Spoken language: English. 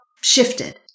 shifted